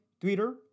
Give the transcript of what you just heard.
Twitter